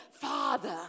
father